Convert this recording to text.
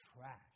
trash